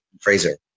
Fraser